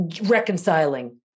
reconciling